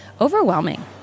overwhelming